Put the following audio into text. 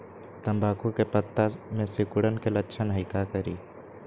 तम्बाकू के पत्ता में सिकुड़न के लक्षण हई का करी?